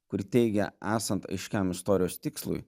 kur teigia esant aiškiam istorijos tikslui